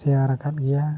share ᱟᱠᱟᱫ ᱜᱮᱭᱟ